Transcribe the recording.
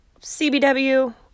CBW